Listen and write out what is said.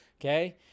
okay